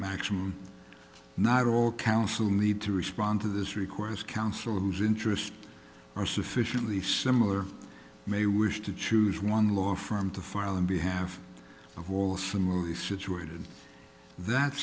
maximum not all counsel need to respond to this request counsel whose interests are sufficiently similar may wish to choose one law firm to file in behalf of all similarly situated that